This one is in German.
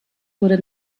wurde